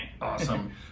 Awesome